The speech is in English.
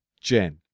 Jen